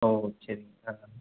ஓ சரிங்க ஆ